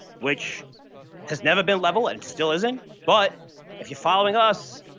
which has never been leveled and it still isn't, but if you following us,